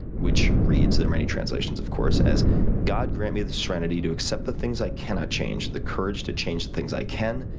which reads, there are many translations of course, as god, grant me the serenity to accept the things i cannot change, the courage to change the things i can,